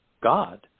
God